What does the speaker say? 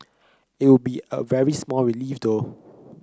it would be a very small relief though